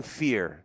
fear